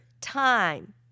time